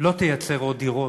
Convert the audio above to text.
לא תייצר עוד דירות.